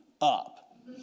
up